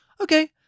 okay